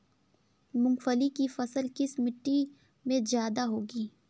मूंगफली की फसल किस मिट्टी में ज्यादा होगी?